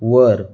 वर